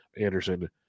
Anderson